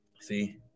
See